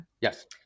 yes